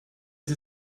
sie